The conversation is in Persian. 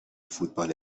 فوتبال